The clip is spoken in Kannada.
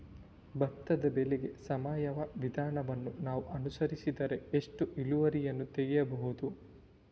ಭತ್ತದ ಬೆಳೆಗೆ ಸಾವಯವ ವಿಧಾನವನ್ನು ನಾವು ಅನುಸರಿಸಿದರೆ ಎಷ್ಟು ಇಳುವರಿಯನ್ನು ತೆಗೆಯಬಹುದು?